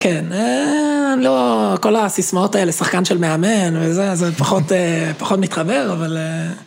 כן, לא, כל הסיסמאות האלה, שחקן של מאמן וזה, זה פחות מתחבר, אבל...